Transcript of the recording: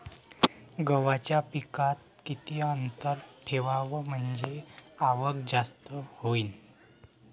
गव्हाच्या पिकात किती अंतर ठेवाव म्हनजे आवक जास्त होईन?